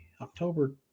October